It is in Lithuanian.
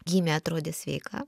gimė atrodė sveika